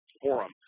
forum